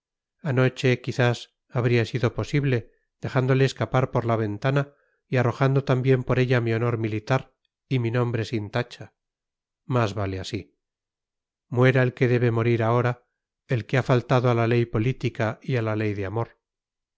anoche quizás habría sido posible dejándole escapar por la ventana y arrojando también por ella mi honor militar y mi nombre sin tacha más vale así muera el que debe morir ahora el que ha faltado a la ley política y a la ley de amor